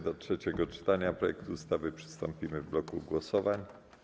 Do trzeciego czytania projektu ustawy przystąpimy w bloku głosowań.